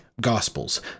Gospels